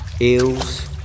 eels